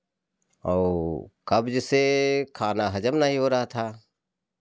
औ कब्ज से खाना हजम नहीं हो रहा था